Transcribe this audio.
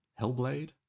hellblade